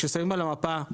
כששים על המפה,